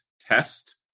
test